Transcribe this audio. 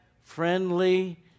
friendly